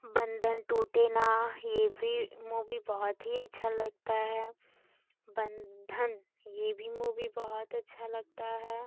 बंधन टूटे न ये भी मूवी बहुत ही अच्छा लगता है बंधन ये भी मूवी बहुत अच्छा लगता है